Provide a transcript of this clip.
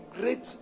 great